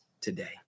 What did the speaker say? today